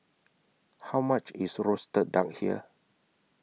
How much IS Roasted Duck here